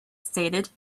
stated